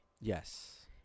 Yes